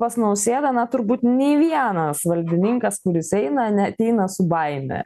pas nausėdą na turbūt nei vienas valdininkas kuris eina neateina su baime